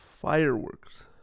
Fireworks